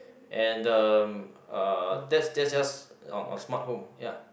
and the uh test just just on on smart home ya